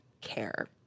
care